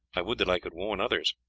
i would that i could warn others.